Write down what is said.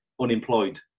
unemployed